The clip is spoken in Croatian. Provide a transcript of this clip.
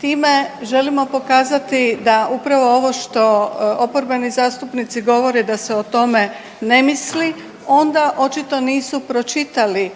Time želimo pokazati da upravo ovo što oporbeni zastupnici govore da se o tome ne misli, onda očito nisu pročitali